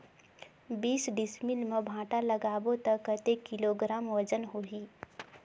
बीस डिसमिल मे भांटा लगाबो ता कतेक किलोग्राम वजन होही?